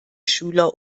schüler